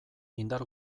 indar